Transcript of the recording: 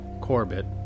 Corbett